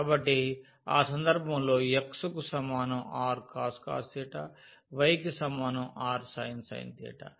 కాబట్టి ఆ సందర్భంలో x కు సమానం rcos y కి సమానం r